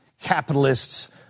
capitalists